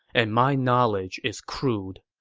and my knowledge is crude.